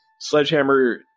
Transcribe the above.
Sledgehammer